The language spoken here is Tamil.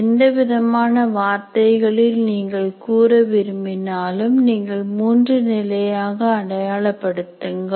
எந்தவிதமான வார்த்தைகளில் நீங்கள் கூற விரும்பினாலும் நீங்கள் மூன்று நிலையாக அடையாள படுத்துங்கள்